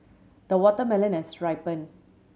the watermelon has ripened